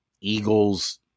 Eagles